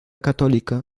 católica